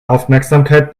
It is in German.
aufmerksamkeit